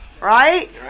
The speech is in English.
Right